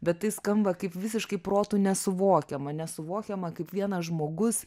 bet tai skamba kaip visiškai protu nesuvokiama nesuvokiama kaip vienas žmogus